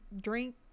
drink